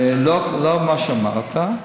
לא מה שאמרת.